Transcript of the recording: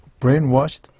brainwashed